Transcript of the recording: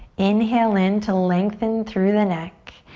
inhale in to lengthen through the neck.